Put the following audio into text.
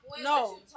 no